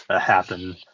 happen